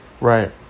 Right